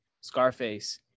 Scarface